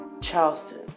Charleston